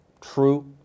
true